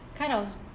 kind of